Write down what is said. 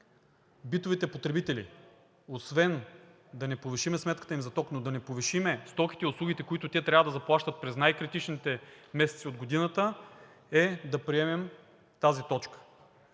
битовите потребители освен да не повишим сметката им за ток, но да не повишим стоките и услугите, които те трябва да заплащат през най-критичните месеци от годината, е да приемем тази точка.